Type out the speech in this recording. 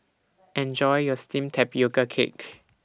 Enjoy your Steamed Tapioca Cake